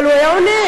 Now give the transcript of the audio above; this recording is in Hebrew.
אבל הוא היה עונה.